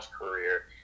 career